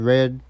Red